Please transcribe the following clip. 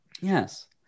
Yes